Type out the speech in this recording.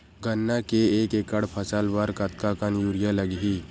गन्ना के एक एकड़ फसल बर कतका कन यूरिया लगही?